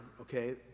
okay